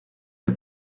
que